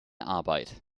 arbeit